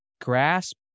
grasp